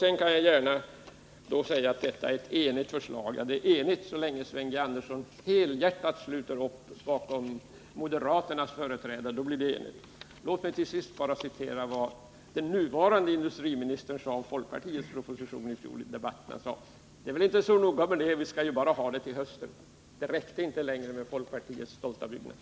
Jag kan hålla med om att detta är ett enigt förslag — dvs. det är enigt så länge Sven G. Andersson helhjärtat sluter upp bakom moderaternas företrädare: Låt mig till sist upprepa vad den nuvarande industriministern vid debatten i fjolsade om folkpartiets proposition: Det är väl inte så noga med den, vi skall ju bara ha den till hösten. Längre höll inte folkpartiets stolta byggnad.